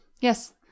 yes